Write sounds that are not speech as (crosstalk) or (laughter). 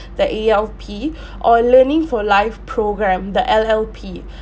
the E_L_P (breath) or learning for life program the L_L_P (breath)